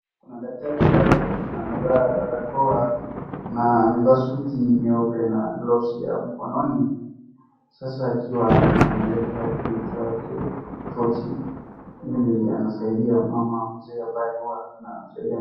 Kuna daktari ambaye amevaa barakoa na amevaa suti nyeupe na gloves ya mkononi. Sasa akiwa ameweka kifaa, tochi ili anasaidia mama mzee ambaye huwa anamsaidia.